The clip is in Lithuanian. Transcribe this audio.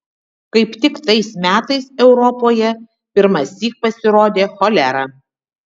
kaip tik tais metais europoje pirmąsyk pasirodė cholera